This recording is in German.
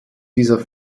dieser